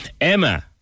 Emma